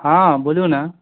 हँ बोलू न